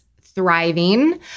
thriving